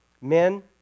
Men